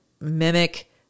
mimic